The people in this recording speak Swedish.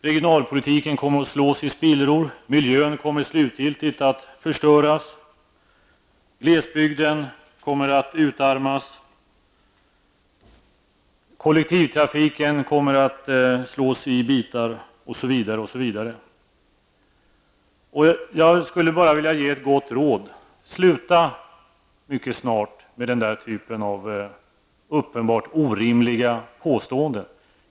Regionalpolitiken kommer att slås i spillror, miljön kommer slutgiltigt att förstöras, glesbygden kommer att utarmas, kollektivtrafiken kommer att slås i bitar osv. Jag skulle bara vilja ge ett gott råd: Sluta mycket snart med den typen av uppenbart orimliga påståenden.